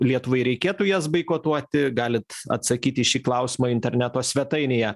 lietuvai reikėtų jas boikotuoti galit atsakyt į šį klausimą interneto svetainėje